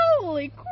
Holy